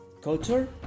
Culture